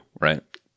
right